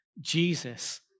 Jesus